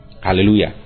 Hallelujah